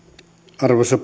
arvoisa